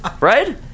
Right